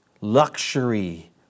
Luxury